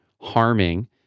harming